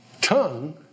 tongue